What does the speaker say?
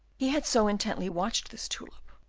he had so intently watched this tulip,